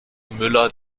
müller